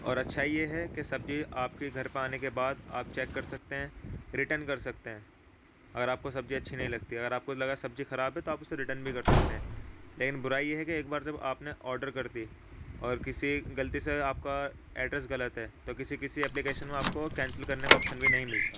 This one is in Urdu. اور اچھائی یہ ہے کہ سبزی آپ کے گھر پہ آنے کے بعد آپ چیک کر سکتے ہیں ریٹن کر سکتے ہیں اگر آپ کو سبزی اچھی نہیں لگتی ہے اگر آپ کو لگا سبزی خراب ہے تو آپ اسے ریٹن بھی کر سکتے ہیں لیکن برائی یہ ہے کہ ایک بار جب آپ نے آڈر کر دی اور کسی غلطی سے اگر آپ کا ایڈریس غلط ہے تو کسی کسی اپلیکیشن میں آپ کو کینسل کرنے کا آپشن بھی نہیں ملتا